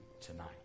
tonight